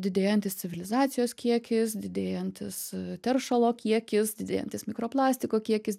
didėjantis civilizacijos kiekis didėjantis teršalo kiekis didėjantis mikro plastiko kiekis